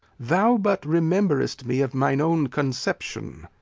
thou but rememb'rest me of mine own conception.